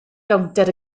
gownter